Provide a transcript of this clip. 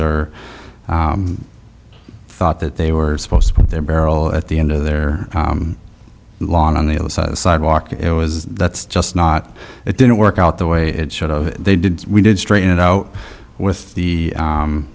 or thought that they were supposed to put their barrel at the end of their lawn on the other side sidewalk it was that's just not it didn't work out the way it should of they did we did straighten it out with the